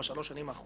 תנו לו לסיים את זה.